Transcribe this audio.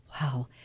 Wow